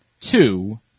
Two